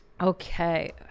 Okay